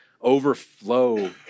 overflow